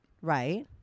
Right